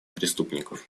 преступников